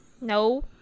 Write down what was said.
No